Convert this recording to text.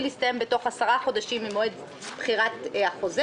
להסתיים בתוך 10 חודשים ממועד בחירת הזוכה,